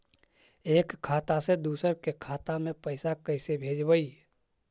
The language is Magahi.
एक खाता से दुसर के खाता में पैसा कैसे भेजबइ?